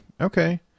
Okay